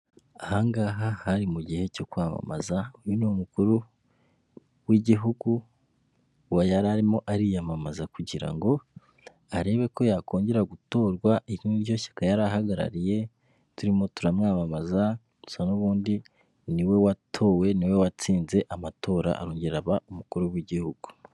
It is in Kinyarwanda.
Ahangaha hari mu gihe cyo kwamamaza, uyu ni umukuru w'igihugu yari arimo ariyamamaza kugira ngo arebe ko yakongera gutorwa iri niryo shyaka yari ahagarariye, turimo turamwamamaza gusa n'ubundi niwe watowe niwe watsinze amatora arongera aba umukuru w'igihugu.